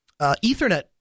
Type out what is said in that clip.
ethernet